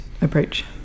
approach